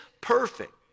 perfect